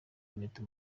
impeta